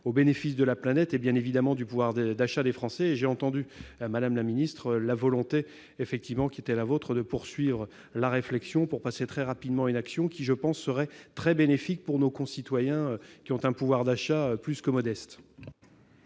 au bénéfice de la planète et, bien évidemment, du pouvoir d'achat des Français. Madame la ministre, j'ai entendu la volonté qui est la vôtre de poursuivre la réflexion pour passer très rapidement à une action. Ce serait, me semble-t-il, très bénéfique pour nos concitoyens qui ont un pouvoir d'achat plus que modeste.